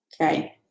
Okay